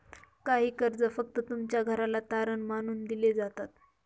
काही कर्ज फक्त तुमच्या घराला तारण मानून दिले जातात